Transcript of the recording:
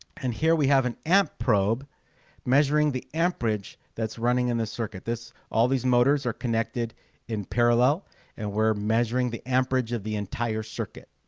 and here we have an amp probe measuring the amperage that's running in the circuit this all these motors are connected in parallel and we're measuring the amperage of the entire circuit.